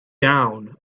down